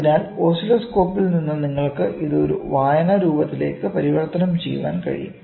അതിനാൽ ഓസിലോസ്കോപ്പിൽ നിന്ന് നിങ്ങൾക്ക് ഇത് ഒരു വായനാ രൂപത്തിലേക്ക് പരിവർത്തനം ചെയ്യാൻ കഴിയും